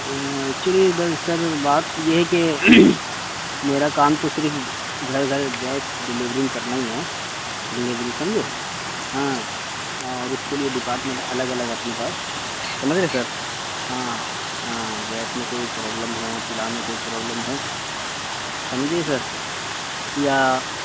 actually در اصل بات یہ ہے کہ میرا کام تو صرف گھر گھر گیس ڈلیورنگ کرنا ہی ہے ڈلیوری سمجھے ہاں اور اس کے لیے ڈپارٹمنٹ الگ الگ اپنے پاس سمجھ رہے سر ہاں گیس میں کوئی پروبلم ہوں چولہا میں کوئی پروبلم ہوں سمجھے سر یا